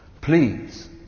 Please